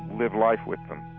live life with them